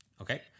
okay